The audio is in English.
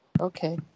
Okay